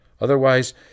Otherwise